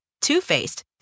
Two-Faced